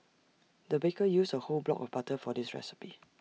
the baker used A whole block of butter for this recipe